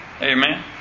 Amen